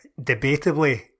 debatably